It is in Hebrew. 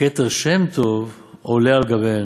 וכתר שם טוב, עולה על גביהן.